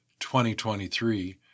2023